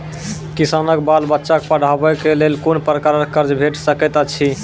किसानक बाल बच्चाक पढ़वाक लेल कून प्रकारक कर्ज भेट सकैत अछि?